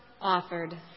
offered